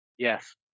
Yes